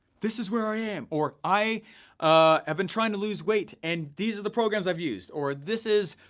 this is where i am, or i have been trying to lose weight and these are the programs i've used. or this is,